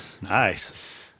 nice